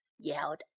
yelled